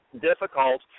difficult